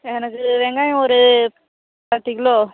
எனக்கு வெங்காயம் ஒரு பத்து கிலோ